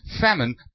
Famine